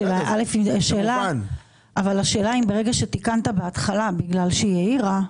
השאלה אם ברגע שתיקנת בהתחלה בגלל שהיא העירה,